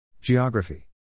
Geography